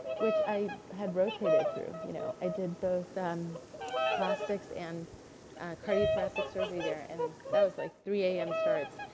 which i had rotated through. you know? i did both um plastics and cardiothoracic surgery there. and that was like three zero a m. starts.